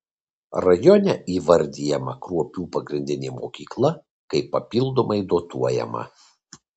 rajone įvardijama kruopių pagrindinė mokykla kaip papildomai dotuojama